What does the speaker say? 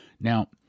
Now